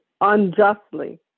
unjustly